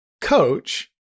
coach